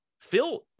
Phil